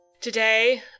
Today